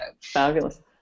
Fabulous